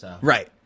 Right